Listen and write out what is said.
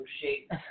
shape